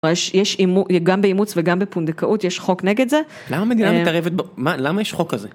גם באימוץ וגם בפונדקאות יש חוק נגד זה. למה מדינה מתערבת בו? למה יש חוק כזה?